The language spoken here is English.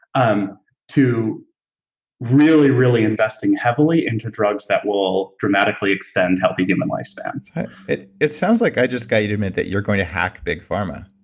um to really, really investing heavily into drugs that will dramatically extend healthy human lifespan it it sounds like, i just got you to admit that you're going to hack big pharma